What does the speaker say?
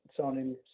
signing